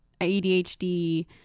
ADHD